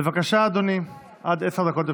בבקשה, אדוני, עד עשר דקות לרשותך.